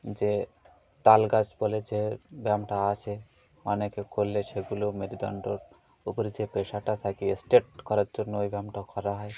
যে তাল গাছ বলে যে ব্যায়ামটা আছে অনেকে খললে সেগুলো মেরুদন্ডর উপরে যে পেশিটা থাকে স্টেট করার জন্য ওই ব্যায়ামটা করা হয়